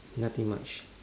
nothing much